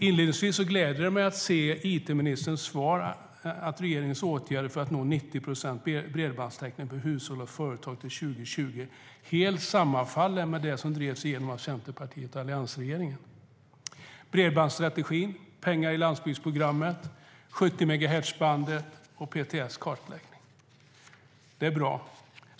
Inledningsvis gläder det mig att se att it-ministerns svar att regeringens åtgärder för att nå 90 procents bredbandstäckning för hushåll och företag till 2020 helt sammanfaller med det som drevs igenom av Centerpartiet och alliansregeringen: bredbandsstrategin, pengar i landsbygdsprogrammet, 700-megahertzbandet och PTS kartläggning. Det är bra.